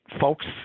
folks